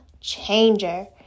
changer